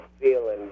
feeling